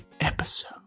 episode